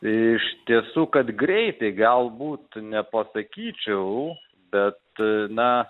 iš tiesų kad greitai galbūt nepasakyčiau bet na